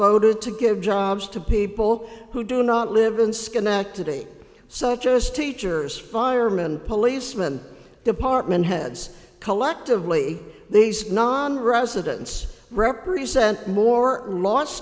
voted to give jobs to people who do not live in schenectady such as teachers firemen policemen department heads collectively these nonresidents represent more